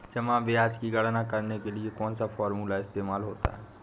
जमा ब्याज की गणना करने के लिए कौनसा फॉर्मूला इस्तेमाल होता है?